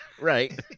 Right